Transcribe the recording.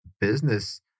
business